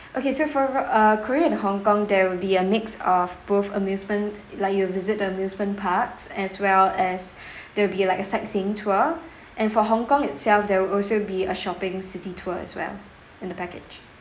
okay so for uh korea and hong kong there will be a mix of both amusement like you visit the amusement parks as well as there will be like a sightseeing tour and for hong kong itself there will also be a shopping city tour as well in the package